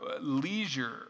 leisure